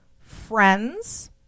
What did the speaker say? friends